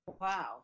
Wow